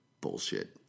Bullshit